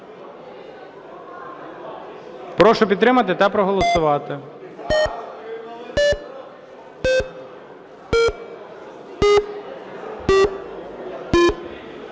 Прошу підтримати та проголосувати.